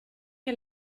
che